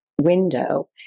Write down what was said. window